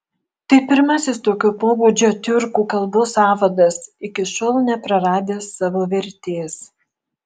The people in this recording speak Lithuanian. tai pirmasis tokio pobūdžio tiurkų kalbų sąvadas iki šiol nepraradęs savo vertės